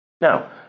Now